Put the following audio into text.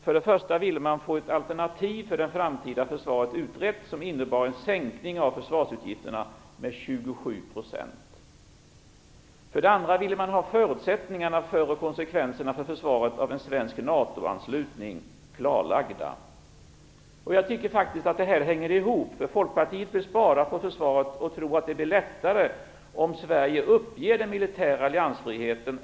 För det första ville man få ett alternativ för det framtida försvaret utrett som innebar en sänkning av försvarsutgifterna med 27 %. För det andra ville man ha förutsättningarna och konsekvenserna för försvaret av en svensk NATO-anslutning klarlagda. Jag tycker faktiskt att det här hänger ihop. Folkpartiet vill spara på försvaret och tro att det blir lättare om Sverige uppger den militära alliansfriheten.